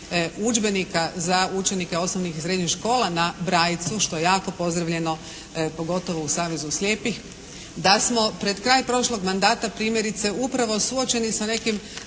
udžbenika za učenike osnovnih i srednjih škola na «Brajicu» što je jako pozdravljeno pogotovo u Savezu slijepih. Da smo pred kraj prošlog mandata primjerice upravo suočeni sa nekim